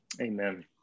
Amen